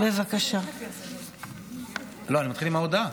אני מתחיל עם ההודעה.